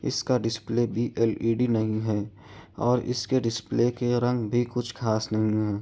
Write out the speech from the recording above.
اس کا ڈسپلے بھی L E D نہیں ہے اور اس کے ڈسپلے کے رنگ بھی کچھ خاص نہیں ہیں